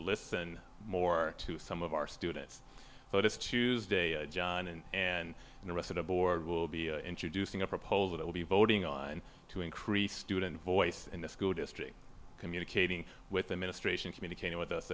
listen more to some of our students but it's tuesday john and and the rest of the board will be introducing a proposal that will be voting on to increase student voice in the school district communicating with the ministration communicating with